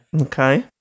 okay